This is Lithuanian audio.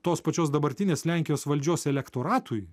tos pačios dabartinės lenkijos valdžios elektoratui